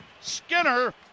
Skinner